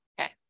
Okay